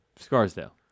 Scarsdale